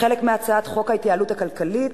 חלק מהצעת חוק ההתייעלות הכלכלית